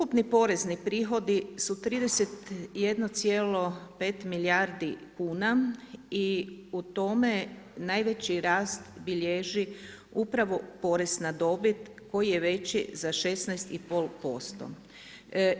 Ukupni porezni prihodi su 31,5 milijardi kuna i u tome, najveći rast bilježi upravo porez na dobit, koji je veći za 16,5%